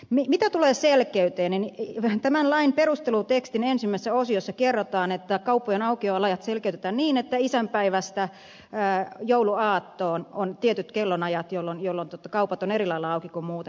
mitä tulee selkeyteen niin tämän lain perustelutekstin ensimmäisessä osiossa kerrotaan että kauppojen aukioloajat selkeytetään niin että isänpäivästä jouluaattoon on tietyt kellonajat jolloin kaupat ovat eri lailla auki kuin muuten